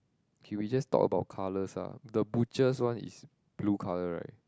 okay we just talk about colours ah the butchers one is blue colour right